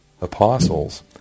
apostles